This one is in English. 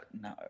No